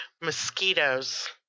mosquitoes